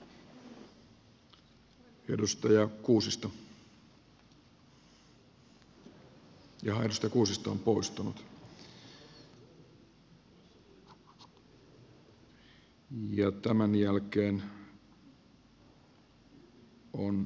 kannustan ministeriä näihin toimenpiteisiin